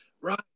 Right